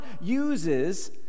uses